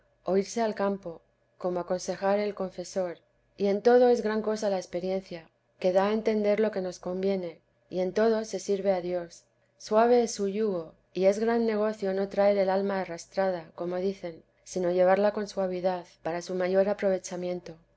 o irse al campo como aconsejare el confesor y en todo es gran cosa la experiencia que da a entender lo que nos conviene y en todo se sirve a dios suave es su yugo y es gran negocio no traer el alma arrastrada como dicen sino llevarla con suavidad para su mayor aprovechamiento